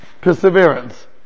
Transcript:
perseverance